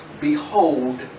Behold